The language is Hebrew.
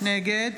נגד